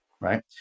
Right